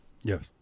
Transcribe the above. Yes